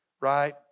Right